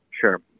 Sure